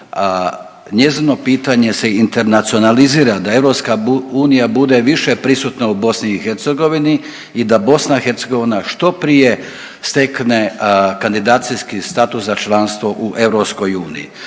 njezino pitanje se internacionalizira, da EU bude više prisutna u BiH i da BiH što prije stekne kandidacijski status za članstvo u EU.